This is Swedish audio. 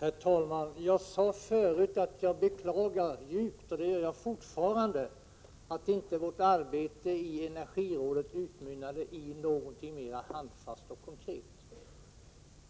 Herr talman! Jag sade förut att jag beklagade djupt, och det gör jag fortfarande, att vårt arbete i energirådet inte utmynnat i något mera handfast och konkret.